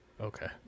Okay